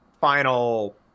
Final